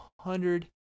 hundred